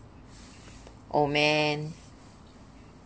oh man